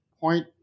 point